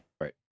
Right